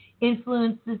influences